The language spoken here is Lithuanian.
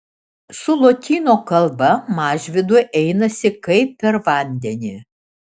su lotynų kalba mažvydui einasi kaip per vandenį